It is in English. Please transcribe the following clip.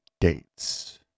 dates